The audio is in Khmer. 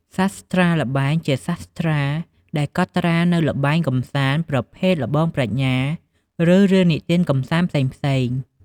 សាស្ត្រាល្បែង ជាសាស្ត្រាដែលកត់ត្រានូវល្បែងកម្សាន្ត ប្រភេទល្បងប្រាជ្ញា ឬរឿងនិទានកម្សាន្តផ្សេងៗ។